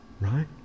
right